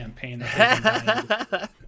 campaign